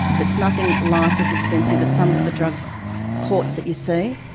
it's nothing like as expensive as some of the drug courts that you see.